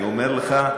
אני אומר לך,